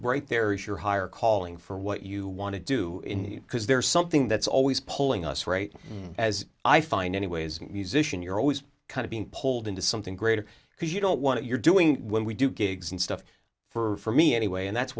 right there is your higher calling for what you want to do because there's something that's always pulling us right as i find any way as a musician you're always kind of being pulled into something greater because you don't want your doing when we do gigs and stuff for me anyway and that's